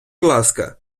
ласка